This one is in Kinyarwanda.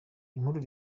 inkuru